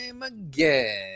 again